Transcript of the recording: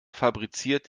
fabriziert